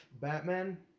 Batman